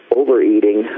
overeating